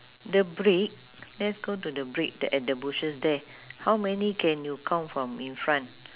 the brick let's go to the brick the at bushes there how many can you count from in front